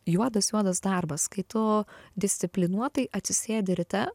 juodas juodas darbas kai tu disciplinuotai atsisėdi ryte